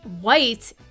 White